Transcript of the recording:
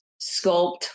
sculpt